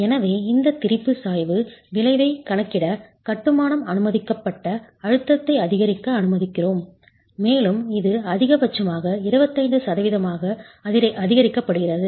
எனவே இந்த திரிபு சாய்வு விளைவைக் கணக்கிட கட்டுமானம் அனுமதிக்கப்பட்ட அழுத்தத்தை அதிகரிக்க அனுமதிக்கிறோம் மேலும் இது அதிகபட்சமாக 25 சதவீதமாக அதிகரிக்கப்படுகிறது